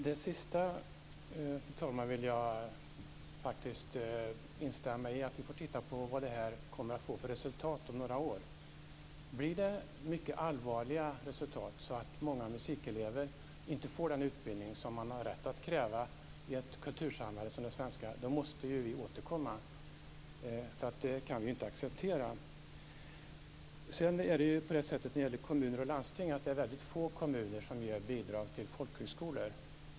Fru talman! Det sista vill jag faktiskt instämma i. Vi får titta på vad detta kommer att få för resultat om några år. Blir det mycket allvarliga resultat, så att många musikelever inte får den utbildning som de har rätt att kräva i ett kultursamhälle som det svenska, måste vi återkomma. Det kan vi inte acceptera. Det är väldigt få kommuner som ger bidrag till folkhögskolor.